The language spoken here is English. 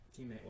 teammate